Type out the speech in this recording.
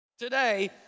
Today